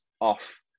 off